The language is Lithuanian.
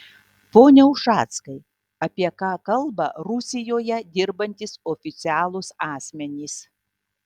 pone ušackai apie ką kalba rusijoje dirbantys oficialūs asmenys